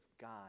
God